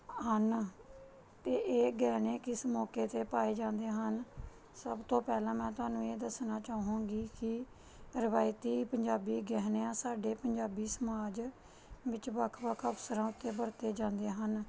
ਹਨ ਅਤੇ ਇਹ ਗਹਿਣੇ ਕਿਸ ਮੌਕੇ 'ਤੇ ਪਾਏ ਜਾਂਦੇ ਹਨ ਸਭ ਤੋਂ ਪਹਿਲਾਂ ਮੈਂ ਤੁਹਾਨੂੰ ਇਹ ਦੱਸਣਾ ਚਾਹੂਗੀ ਕਿ ਰਵਾਇਤੀ ਪੰਜਾਬੀ ਗਹਿਣਿਆਂ ਸਾਡੇ ਪੰਜਾਬੀ ਸਮਾਜ ਵਿੱਚ ਵੱਖ ਵੱਖ ਅਵਸਰਾਂ ਉੱਤੇ ਵਰਤੇ ਜਾਂਦੇ ਹਨ